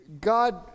God